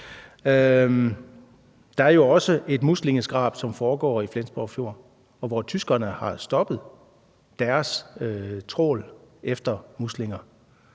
Der er jo også et muslingeskrab, som foregår i Flensborg Fjord, hvor tyskerne har stoppet deres trawl efter muslinger,